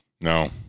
No